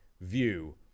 view